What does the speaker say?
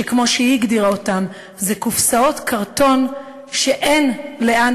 שכמו שהיא הגדירה אותן זה קופסאות קרטון שאין לאן